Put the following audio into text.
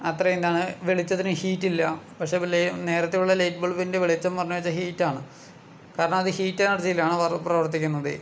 അത്രയും ഇതാണ് വെളിച്ചത്തിന് ഹീറ്റില്ല പക്ഷെ നേരത്തെ ഉള്ള ലൈറ്റ് ബൾബിൻ്റെ വെളിച്ചം പറഞ്ഞാച്ചാൽ ഹീറ്റാണ് കാരണം അത് ഹീറ്റ് എനർജിയിലാണ് പ്രവർത്തിക്കുന്നത്